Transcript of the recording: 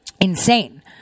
Insane